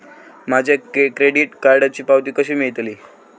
माझ्या क्रेडीट कार्डची पावती कशी मिळतली?